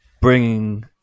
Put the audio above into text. bringing